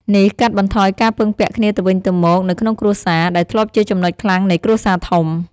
នេះកាត់បន្ថយការពឹងពាក់គ្នាទៅវិញទៅមកនៅក្នុងគ្រួសារ ដែលធ្លាប់ជាចំណុចខ្លាំងនៃគ្រួសារធំ។